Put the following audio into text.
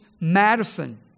Madison